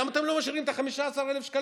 למה אתם לא משאירים את ה-15,000 שקלים?